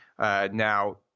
now